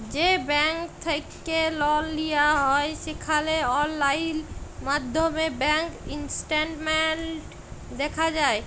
যে ব্যাংক থ্যাইকে লল লিয়া হ্যয় সেখালে অললাইল মাইধ্যমে ব্যাংক ইস্টেটমেল্ট দ্যাখা যায়